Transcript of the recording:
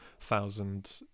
thousand